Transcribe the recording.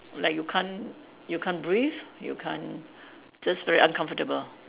like you can't you can't breathe you can't just very uncomfortable